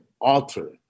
alter